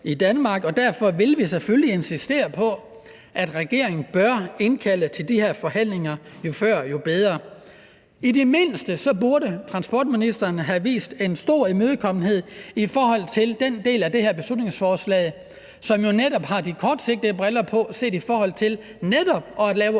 derfor vil vi selvfølgelig insistere på, at regeringen indkalder til de her forhandlinger, jo før, jo bedre. I det mindste burde transportministeren have vist en stor imødekommenhed over for den del af det her beslutningsforslag, som jo netop har de kortsigtede briller på, set i forhold til netop at lave